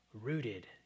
rooted